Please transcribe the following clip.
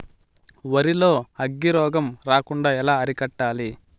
వరి లో అగ్గి రోగం రాకుండా ఎలా అరికట్టాలి?